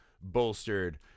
bolstered